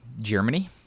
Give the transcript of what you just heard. Germany